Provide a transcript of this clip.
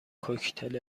کوکتل